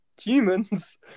humans